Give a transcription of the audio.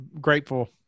Grateful